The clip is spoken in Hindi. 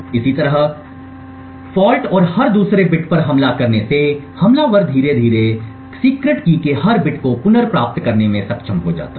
इसी तरह गलत और हर दूसरे बिट पर हमला करने से हमलावर धीरे धीरे गुप्त कुंजी के हर बिट को पुनर्प्राप्त करने में सक्षम हो जाता है